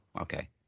okay